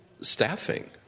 staffing